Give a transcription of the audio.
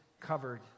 covered